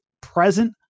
present